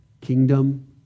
kingdom